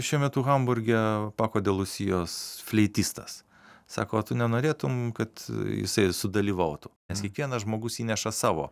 šiuo metu hamburge pako dilusijos fleitistas sako tu nenorėtum kad jisai sudalyvautų nes kiekvienas žmogus įneša savo